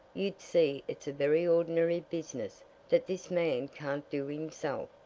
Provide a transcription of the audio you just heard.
you'd see it's a very ordinary business that this man can't do himself,